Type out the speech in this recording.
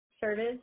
service